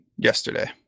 Yesterday